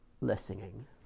listening